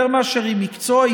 יותר מאשר היא מקצוע,